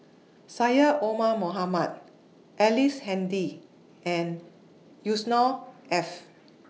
Syed Omar Mohamed Ellice Handy and Yusnor Ef